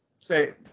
say